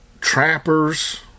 trappers